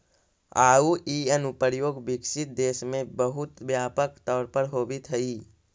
आउ इ अनुप्रयोग विकसित देश में बहुत व्यापक तौर पर होवित हइ